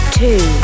two